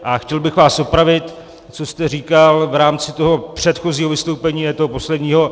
A chtěl bych vás opravit, co jste říkal v rámci toho předchozího vystoupení, ne toho posledního.